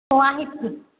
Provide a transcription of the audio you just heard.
हो आहेत की